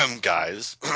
guys